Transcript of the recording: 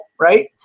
right